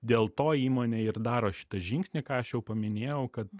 dėl to įmonė ir daro šitą žingsnį ką aš jau paminėjau kad